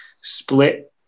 split